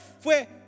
Fue